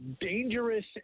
dangerous